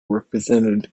represented